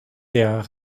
der